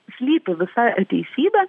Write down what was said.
slypi visa teisybė